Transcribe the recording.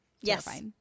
Yes